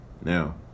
now